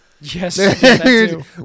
Yes